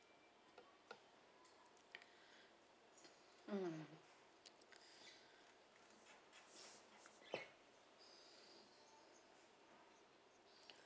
mm